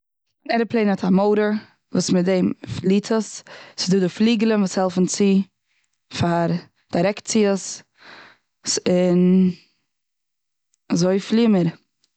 עראפלאן האט א מאטאר, וואס מיט דעם פליעט עס ס'איז דא די פליגלען וואס העלפן צו פאר דירעקציעס. ס'- און אזוי פליען מיר.